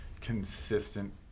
consistent